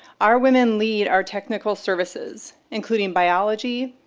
our women lead our technical services, including biology,